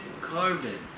carbon